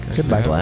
Goodbye